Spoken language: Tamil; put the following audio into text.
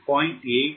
7 0